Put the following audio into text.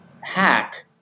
hack